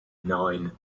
nine